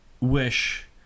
wish